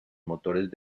motores